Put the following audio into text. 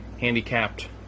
handicapped